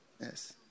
Yes